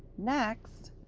next,